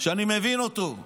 שאני מבין אותו.